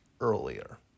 earlier